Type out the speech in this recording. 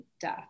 death